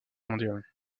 mondiale